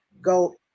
go